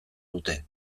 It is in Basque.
dute